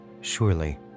surely